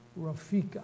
Rafika